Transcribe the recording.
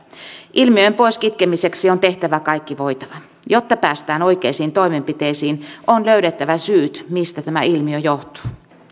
ilmiön pois kitkemiseksi on tehtävä kaikki voitava jotta päästään oikeisiin toimenpiteisiin on löydettävä syyt mistä tämä ilmiö johtuu